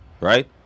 right